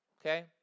Okay